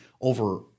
over